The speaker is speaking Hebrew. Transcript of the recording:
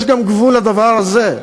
יש גם גבול לדבר הזה.